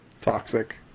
Toxic